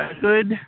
good